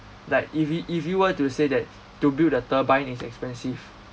like if y~ if you were to say that to build the turbine is expensive